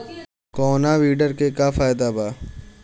कौनो वीडर के का फायदा बा?